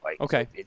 Okay